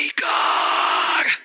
God